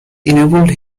enabled